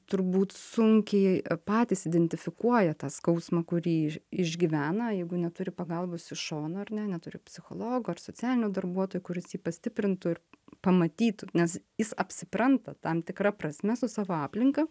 turbūt sunkiai patys identifikuoja tą skausmą kurį iš išgyvena jeigu neturi pagalbos iš šono ar ne neturi psichologo ar socialinio darbuoto kuris jį pastiprintų ir pamatytų nes jis apsipranta tam tikra prasme su savo aplinka